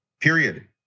period